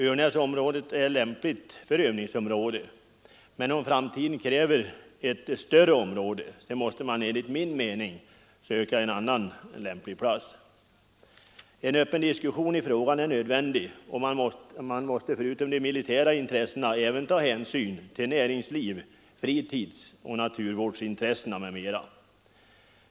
Örnäsområdet är lämpligt som övningsfält, men om framtiden kräver ett större område måste man enligt min mening söka en annan lämplig plats. En öppen diskussion i frågan är nödvändig, och man måste förutom till de militära intressena även ta hänsyn till näringsliv, fritidsoch naturvårdsintressen m.m.